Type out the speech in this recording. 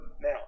now